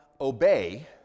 obey